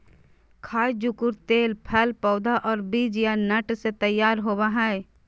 खाय जुकुर तेल फल पौधा और बीज या नट से तैयार होबय हइ